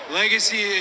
legacy